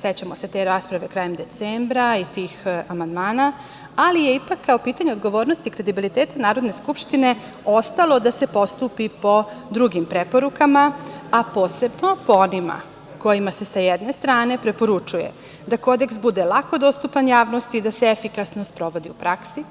Sećamo se te rasprave krajem decembra i tih amandmana, ali je ipak kao pitanje odgovornosti kredibiliteta Narodne skupštine ostalo da se postupi po drugim preporukama, a posebno po onima kojima se sa jedne strane preporučuje da Kodeks bude lako dostupan javnosti, da se efikasno sprovodi u praksi,